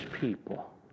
people